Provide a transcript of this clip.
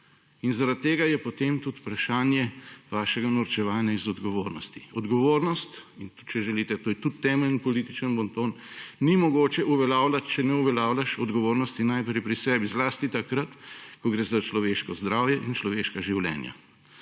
Zaradi tega je potem tudi vprašanje vašega norčevanja iz odgovornosti. Odgovornosti – in če želite, to je tudi temeljni politični bonton – ni mogoče uveljavljati, če ne uveljavljaš odgovornosti najprej pri sebi, zlasti takrat, ko gre za človeško zdravje in človeška življenja.